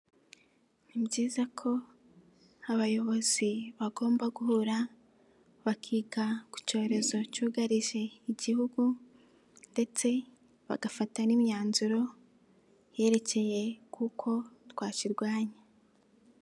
Ni byiza ko abayobozi bagomba guhura bakiga ku cyorezo cyugarije igihugu, ndetse bagafata n'imyanzuro yerekeye kuko twakirwanya.